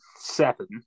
seven